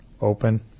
open